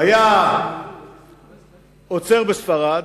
היה עוצר בספרד,